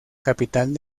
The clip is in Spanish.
capital